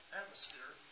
atmosphere